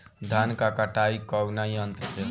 धान क कटाई कउना यंत्र से हो?